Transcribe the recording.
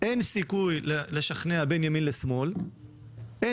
אין סיכוי לשכנע בין ימין לשמאל; לעיתים